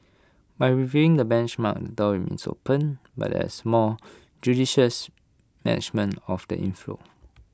by reviewing the benchmark the door remains open but there is A more judicious management of the inflow